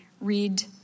read